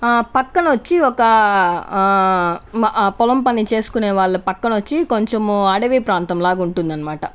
ఆ పక్కన వచ్చి ఒక పొలం పని చేసుకునే వాళ్ళ పక్కనొచ్చి కొంచము అడవీ ప్రాంతంలాగా ఉంటుందన్మాట